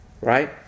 Right